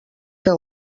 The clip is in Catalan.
que